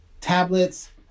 tablets